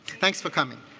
thanks for coming.